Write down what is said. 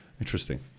interesting